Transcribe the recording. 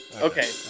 Okay